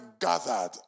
gathered